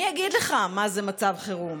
אני אגיד לך מה זה מצב חירום.